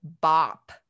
bop